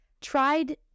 tried